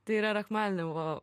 tai yra rachmaninovo